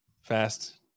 fast